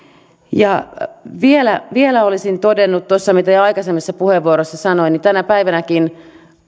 vielä vielä olisin todennut mitä jo aikaisemmassa puheenvuorossani sanoin tänä päivänäkin